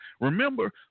Remember